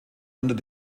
unter